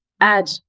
add